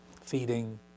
feeding